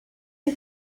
you